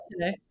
today